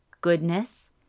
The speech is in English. goodness